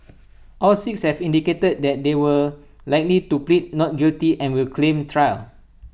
all six have indicated that they were likely to plead not guilty and will claim trial